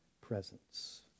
presence